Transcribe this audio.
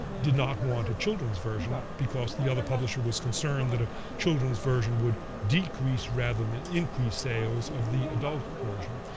did not want a children's version, because the other publisher was concerned that a children's version would decrease rather than increase sales of the adult version.